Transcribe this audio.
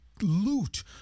loot